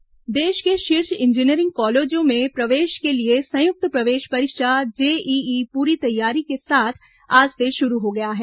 JEE प्रवेश परीक्षा देश के शीर्ष इंजीनियरिंग कॉलेजों में प्रवेश के लिए संयुक्त प्रवेश परीक्षा जेईई पूरी तैयारी के साथ आज से शुरू हो गई है